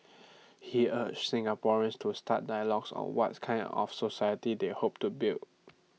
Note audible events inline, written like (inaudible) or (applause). (noise) he urged Singaporeans to start dialogues on what's kind of society they hope to build